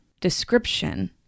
description